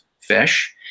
fish